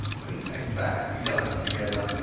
when he came back we dined together,